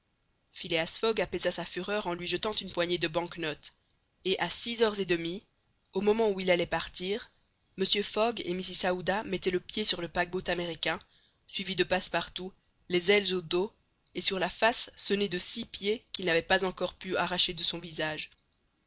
phileas fogg apaisa sa fureur en lui jetant une poignée de bank notes et à six heures et demie au moment où il allait partir mr fogg et mrs aouda mettaient le pied sur le paquebot américain suivis de passepartout les ailes au dos et sur la face ce nez de six pieds qu'il n'avait pas encore pu arracher de son visage